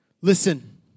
Listen